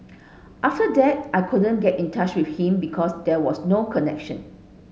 after that I couldn't get in touch with him because there was no connection